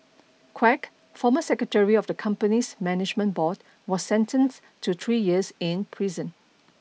Quek former secretary of the company's management board was sentenced to three years in prison